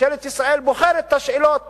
ממשלת ישראל בוחרת את השאלות